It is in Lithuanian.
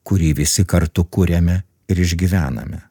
kurį visi kartu kuriame ir išgyvename